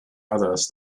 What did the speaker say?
others